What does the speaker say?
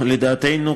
לדעתנו,